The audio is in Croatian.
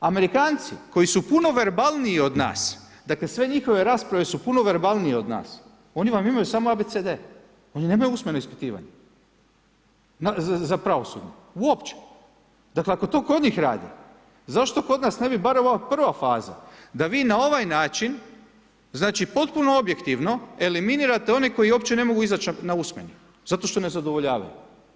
Amerikanci koji su puno verbalniji od nas, dakle sve njihove rasprave su puno verbalnije od nas, oni vam imaju samo a, b, c d, oni nemaju usmeno ispitivanja za pravosudni, uopće, dakle ako to kod njih rade, zašto kod nas ne bi bar ova prva faza da vi na ovaj način, znači potpuno objektivno eliminirate one koji uopće ne mogu izaći na usmeni, zašto što ne zadovoljavaju.